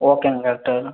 ஓகேங்க டாக்டர்